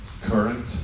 current